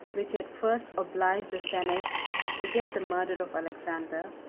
which had first obliged the senate to forget the murder of alexander,